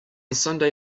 sunday